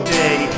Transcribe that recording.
day